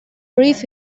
brief